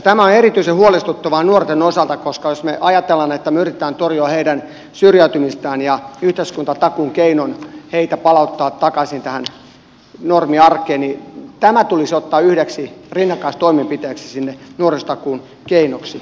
tämä on erityisen huolestuttavaa nuorten osalta koska jos me ajattelemme että me yritämme torjua heidän syrjäytymistään ja yhteiskuntatakuun keinoin heitä palauttaa takaisin tähän normiarkeen niin tämä tulisi ottaa yhdeksi rinnakkaistoimenpiteeksi sinne nuorisotakuun keinoksi